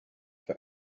for